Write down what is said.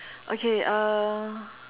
okay uh